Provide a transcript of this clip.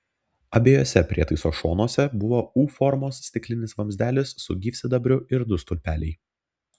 abiejuose prietaiso šonuose buvo u formos stiklinis vamzdelis su gyvsidabriu ir du stulpeliai